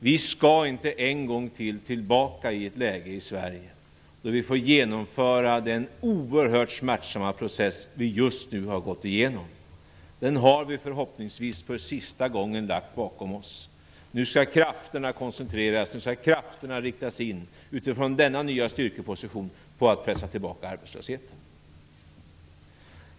Vi skall inte en gång till tillbaka i ett läge i Sverige då vi får genomföra den oerhört smärtsamma process vi just nu har gått igenom. Den har vi förhoppningsvis för sista gången lagt bakom oss. Nu skall krafterna koncentreras och utifrån denna nya styrkeposition riktas in på att pressa tillbaka arbetslösheten.